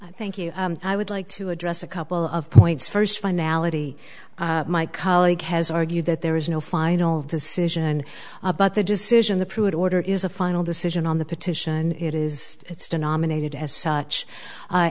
you thank you i would like to address a couple of points first finality my colleague has argued that there is no final decision about the decision the pruitt order is a final decision on the petition it is it's denominated as such